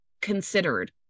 considered